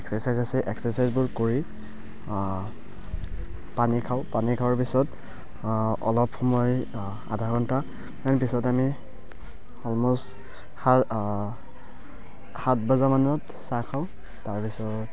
exercise আছে এক্সাৰচাইজবোৰ কৰি পানী খাওঁ পানী খোৱাৰ পিছত অলপ সময় আধা ঘণ্টা পিছত আমি অলমষ্ট স সাত বজামানত চাহ খাওঁ তাৰপিছত